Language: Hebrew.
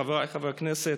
חבריי חברי הכנסת,